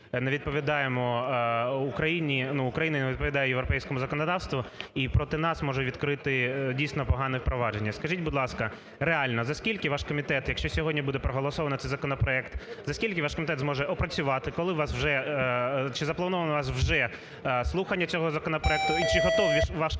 не відповідаємо… Україна не відповідає європейському законодавству і проти нас можуть відкрити, дійсно, погане провадження. Скажіть, будь ласка, реально за скільки ваш комітет, якщо сьогодні буде проголосовано цей законопроект, за скільки ваш комітет зможе опрацювати, коли у вас вже… чи заплановано у вас вже слухання цього законопроекту і чи готовий ваш комітет